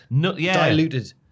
Diluted